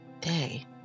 day